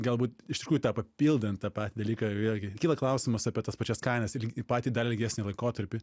galbūt iš tikrųjų tą papildant tą patį dalyką vėlgi kyla klausimas apie tas pačias kainas ir į patį dar ilgesnį laikotarpį